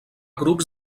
grups